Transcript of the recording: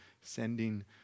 sending